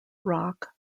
rock